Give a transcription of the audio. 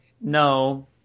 No